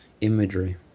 imagery